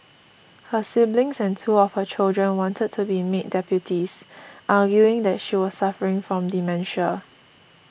her siblings and two of her children wanted to be made deputies arguing that she was suffering from dementia